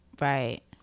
right